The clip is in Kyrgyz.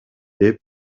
деп